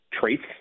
traits